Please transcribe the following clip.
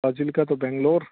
ਫਾਜ਼ਿਲਕਾ ਤੋਂ ਬੈਂਗਲੋਰ